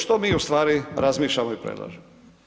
Što mi ustvari razmišljamo i predlažemo?